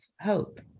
hope